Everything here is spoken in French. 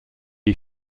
est